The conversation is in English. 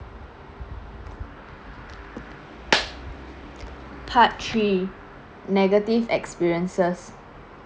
part three negative experiences